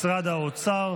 משרד האוצר,